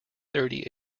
thirty